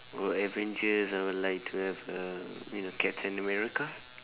for avengers I would like to have uh you know captain america